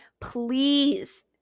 please